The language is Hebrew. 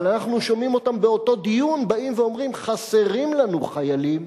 אבל אנחנו שומעים אותם באותו דיון באים ואומרים: חסרים לנו חיילים,